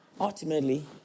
Ultimately